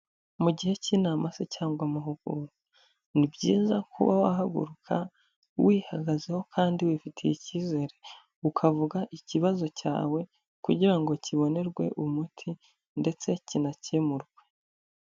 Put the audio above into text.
Mu gihe cy'inama se cyangwa amahugurwa, ni byiza kuba wahaguruka wihagazeho kandi wifitiye icyizere, ukavuga ikibazo cyawe, kugira ngo kibonerwe umuti ndetse kinakemurwe.